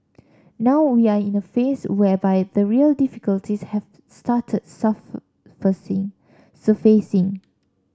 now we are in a phase whereby the real difficulties have started surfacing